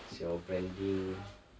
xiao branding